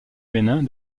bénin